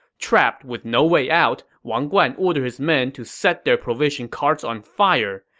trapped with no way out, wang guan ordered his men to set their provision carts on fire.